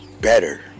better